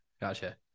Gotcha